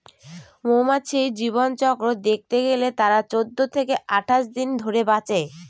মৌমাছির জীবনচক্র দেখতে গেলে তারা চৌদ্দ থেকে আঠাশ দিন ধরে বাঁচে